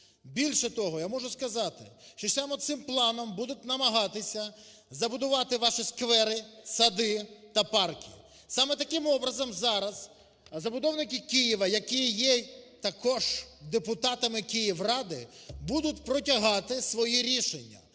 Більше того, я можу сказати, що саме цим планом будуть намагатися забудувати ваші сквери, сади та парки. Саме таким образом зараз забудовники Києва, які є також депутатами Київради, будуть протягати свої рішення.